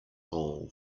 all